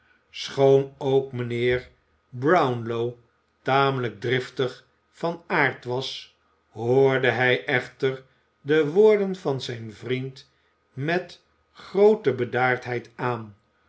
schoon ook mijnheer brownlow tamelijk driftig van aard was hoorde hij echter de woorden van zijn vriend met groote bedaardheid aan